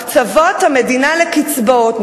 הקצבות המדינה לקצבאות,